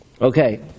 Okay